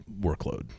workload